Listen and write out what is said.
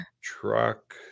Truck